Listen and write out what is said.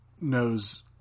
knows